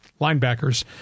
linebackers